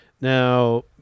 Now